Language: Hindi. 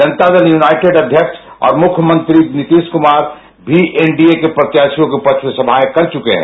जनता दल यूनाइटेड अध्यक्ष और मुख्यमंत्री नीतीश कुमार भी एन डी ए के प्रत्याशियों के पक्ष में सभाएं कर चुके है